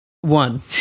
One